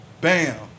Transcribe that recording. bam